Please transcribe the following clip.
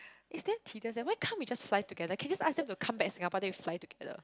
it's damn tedious eh why can't we just fly together can I just ask them to come back to Singapore then we fly together